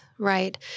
Right